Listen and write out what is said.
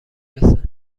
رسه